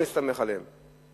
אסור לנו להסתמך עליהן.